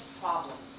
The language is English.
problems